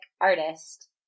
artist